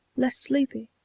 less sleepy.